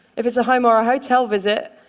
if it's a home or a hotel visit,